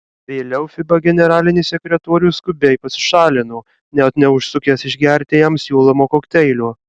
vėliau fiba generalinis sekretorius skubiai pasišalino net neužsukęs išgerti jam siūlomo kokteilio